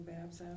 Babs